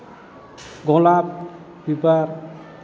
गलाप बिबार